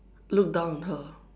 look down on her